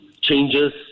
changes